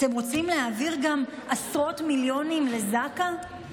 אתם רוצים להעביר גם עשרות מיליונים לזק"א,